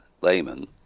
layman